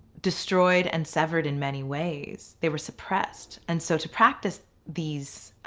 destroyed and severed in many ways they were suppressed and so to practice these